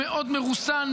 מאוד מרוסן,